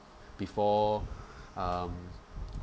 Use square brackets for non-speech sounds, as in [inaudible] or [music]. before [breath] um